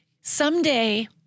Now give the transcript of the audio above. someday